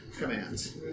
Commands